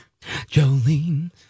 Jolene